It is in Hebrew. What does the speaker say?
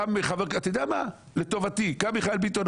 קם היום מיכאל ביטון